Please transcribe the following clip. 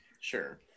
Sure